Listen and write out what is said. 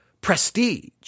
prestige